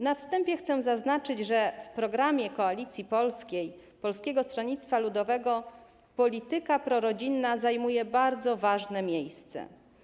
Na wstępie chcę zaznaczyć, że w programie Koalicji Polskiej, Polskiego Stronnictwa Ludowego polityka prorodzinna zajmuje bardzo ważne miejsce.